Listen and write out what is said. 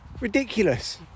Ridiculous